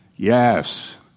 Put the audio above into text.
Yes